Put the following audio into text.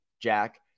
Jack